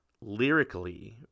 lyrically